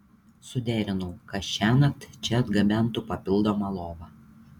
suderinau kad šiąnakt čia atgabentų papildomą lovą